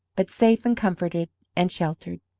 but safe and comforted and sheltered.